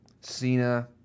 Cena